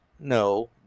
No